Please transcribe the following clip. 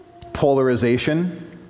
Polarization